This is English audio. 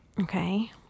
Okay